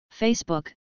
Facebook